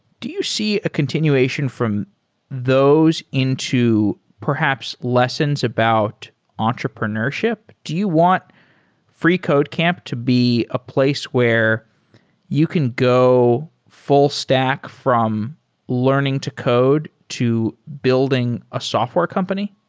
do you see a continuation from those into perhaps lessons about entrepreneurship? do you want freecodecamp to be a place where you can go full stack from learn ing to code to building a software company?